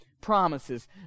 promises